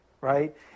right